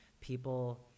people